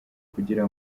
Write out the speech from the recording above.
kugira